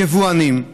יבואנים,